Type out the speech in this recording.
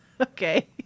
Okay